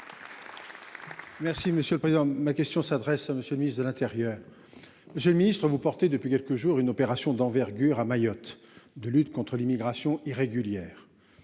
Merci monsieur le président, ma question s'adresse à monsieur le ministre de l'Intérieur. J'ai le Ministre vous portez depuis quelques jours une opération d'envergure à Mayotte de lutte contre l'immigration irrégulière.